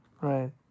Right